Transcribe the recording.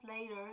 later